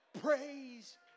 Praise